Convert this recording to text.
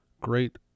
great